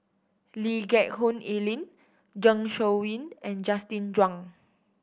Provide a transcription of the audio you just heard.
Lee Geck Hoon Ellen Zeng Shouyin and Justin Zhuang